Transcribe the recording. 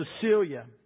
Cecilia